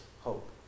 hope